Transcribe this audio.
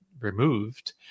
removed